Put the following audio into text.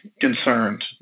concerned